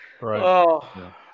right